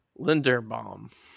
Linderbaum